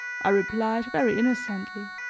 i replied, very innocently.